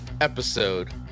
episode